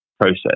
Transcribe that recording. process